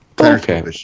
Okay